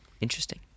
interesting